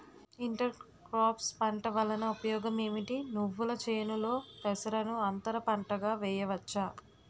Inter crops పంట వలన ఉపయోగం ఏమిటి? నువ్వుల చేనులో పెసరను అంతర పంటగా వేయవచ్చా?